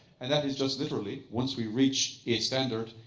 and that is just literally, once we reach a standard,